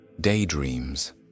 daydreams